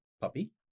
Puppy